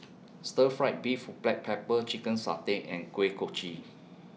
Stir Fry Beef Black Pepper Chicken Satay and Kuih Kochi